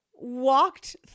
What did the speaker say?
walked